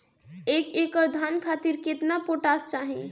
एक एकड़ धान खातिर केतना पोटाश चाही?